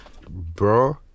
Bro